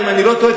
אם אני לא טועה,